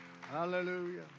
Hallelujah